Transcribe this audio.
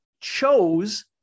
chose